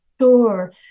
Sure